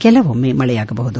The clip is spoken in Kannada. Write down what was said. ಕೆಲವೊಮ್ಮೆ ಮಳೆಯಾಗಬಹುದು